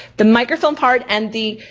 the microfilm part and the